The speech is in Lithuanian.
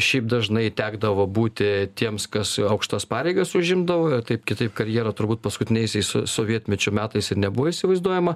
šiaip dažnai tekdavo būti tiems kas aukštas pareigas užimdavo ir taip kitaip karjera turbūt paskutiniaisiais sovietmečio metais ir nebuvo įsivaizduojama